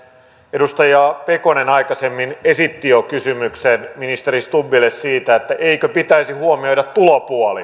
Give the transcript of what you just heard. edustaja pekonen aikaisemmin esitti jo kysymyksen ministeri stubbille siitä eikö pitäisi huomioida tulopuoli